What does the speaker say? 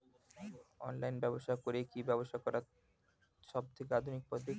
Online ব্যবসা করে কি ব্যবসা করার সবথেকে আধুনিক পদ্ধতি?